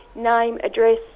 name, address,